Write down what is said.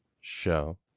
show